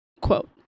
quote